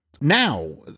Now